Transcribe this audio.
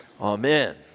Amen